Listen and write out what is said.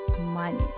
money